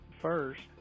first